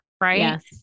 Right